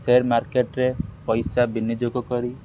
share ମାର୍କେଟରେ ପଇସା ବିନିଯୋଗ କରି